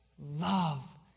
love